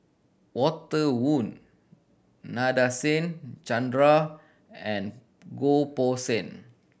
Walter Woon Nadasen Chandra and Goh Poh Seng